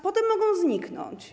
Potem mogą zniknąć.